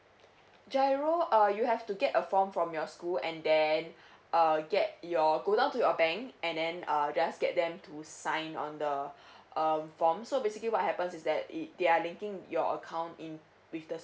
GIRO uh you have to get a form from your school and then err get your go down to your bank and then uh just get them to sign on the um form so basically what happens is that it they are linking your account in with the